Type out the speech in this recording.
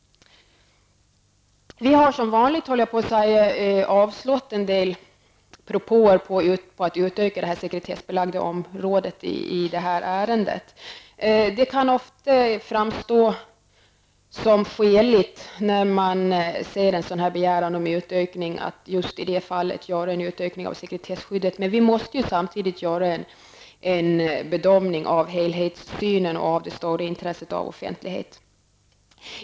Vi har som vanligt, höll jag på att säga, avstyrkt en del propåer i det här ärendet om att detta sekretessbelagda område skall utökas. Det kan ofta framstå som skäligt, när man ser en sådan här begäran om utökning, att i det enskilda fallet göra en utökning av sekretesskyddet. Men vi måste samtidigt göra en helhetsbedömning med hänsyn till det stora intresset av offentlighet.